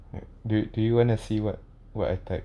do do you wanna see what I type